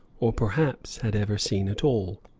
or perhaps had ever seen at all,